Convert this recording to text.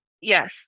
Yes